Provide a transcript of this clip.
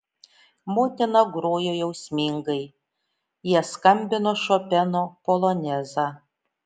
motina grojo jausmingai jie skambino šopeno polonezą